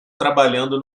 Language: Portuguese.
trabalhando